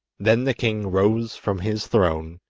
then the king rose from his throne,